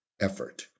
effort